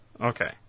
Okay